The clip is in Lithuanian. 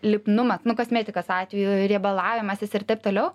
lipnumas nu kosmetikos atveju riebalavimasis ir taip toliau